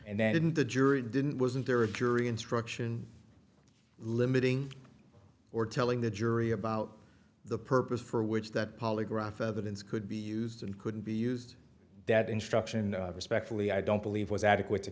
and then didn't the jury didn't wasn't there a jury instruction limiting or telling the jury about the purpose for which that polygraph evidence could be used and couldn't be used that instruction respectfully i don't believe was adequate to